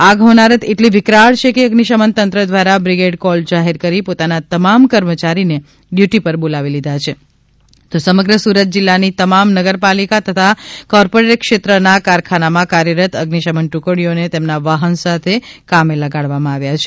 આગ હોનારત એટલી વિકરાળ છે કે અઝિશમન તંત્ર દ્વારા બ્રિગેડ કોલ જાહેર કરી પોતાના તમામ કર્મયારી ને ડ્યૂટિ ઉપર બોલાવી લીધા છે તો સમગ્ર સુરત જિલ્લા ની તમામ નગરપાલિકા તથા કોર્પોરેટ ક્ષેત્ર ના કારખાના માં કાર્યરત અઝિશમન ટુકડીઓ ને તેમના વાહન સાથે અહી કામે લગાડવામાં આવી છે